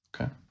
Okay